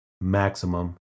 Maximum